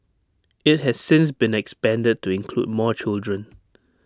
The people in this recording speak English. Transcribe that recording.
IT has since been expanded to include more children